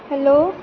hello